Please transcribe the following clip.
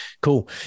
cool